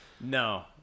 no